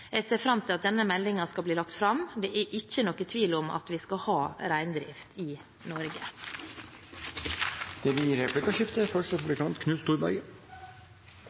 Jeg ser fram til at denne meldingen skal bli lagt fram. Det er ikke noen tvil om at vi skal ha reindrift i Norge. Det blir replikkordskifte.